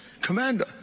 commander